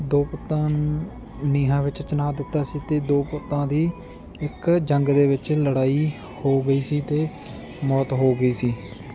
ਦੋ ਪੁੱਤਾਂ ਨੂੰ ਨੀਹਾਂ ਵਿੱਚ ਚਨਾਅ ਦਿੱਤਾ ਸੀ ਅਤੇ ਦੋ ਪੁੱਤਾਂ ਦੀ ਇੱਕ ਜੰਗ ਦੇ ਵਿੱਚ ਲੜਾਈ ਹੋ ਗਈ ਸੀ ਅਤੇ ਮੌਤ ਹੋ ਗਈ ਸੀ